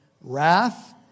wrath